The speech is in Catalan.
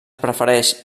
prefereix